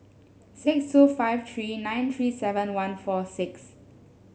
six two five three nine three seven one four six